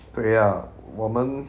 对 ah 我们